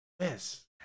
Yes